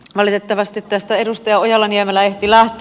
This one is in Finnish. valitettavasti tästä edustaja ojala niemelä ehti lähteä